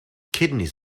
kidneys